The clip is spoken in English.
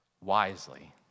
wisely